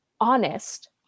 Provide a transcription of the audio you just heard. honest